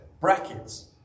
Brackets